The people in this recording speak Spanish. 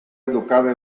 educada